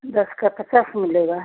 दस का पचास मिलेगा